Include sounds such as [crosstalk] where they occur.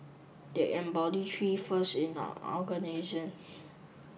they embody three firsts in an [unintelligible] [noise]